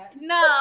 no